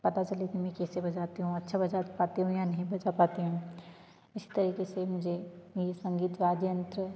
पता चले कि मैं कैसा बजाती हूँ अच्छा बजा पाती हूँ या नहीं बजा पाती हूँ इस तरीके से मुझे संगीत वाद्ययंत्र